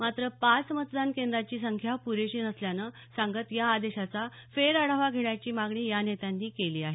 मात्र पाच मतदान केंद्रांची संख्या प्रेशी नसल्याचं सांगत या आदेशाचा फेरआढावा घेण्याची मागणी या नेत्यांनी केली आहे